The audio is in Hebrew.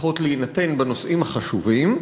צריכות להינתן בנושאים החשובים,